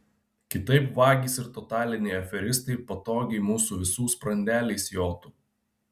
kitaip vagys ir totaliniai aferistai patogiai mūsų visų sprandeliais jotų